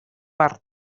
per